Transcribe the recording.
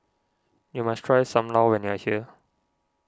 you must try Sam Lau when you are here